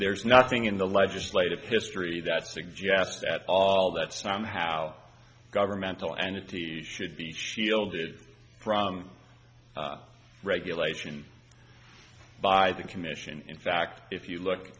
there's nothing in the legislative history that suggests at all that somehow governmental entity should be shielded from regulation by the commission in fact if you look